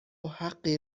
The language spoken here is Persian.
حقی